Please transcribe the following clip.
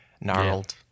gnarled